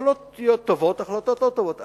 שיכולות להיות טובות או לא טובות,